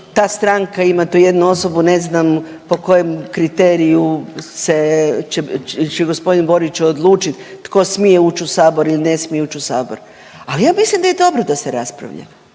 ta stranka ima tu jednu osobu, ne znam po kojem kriteriju se, će gospodin Borić odlučit tko smije ući u sabor ili ne smije ući u sabor, ali ja mislim da je dobro da se raspravlja